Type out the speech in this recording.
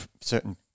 certain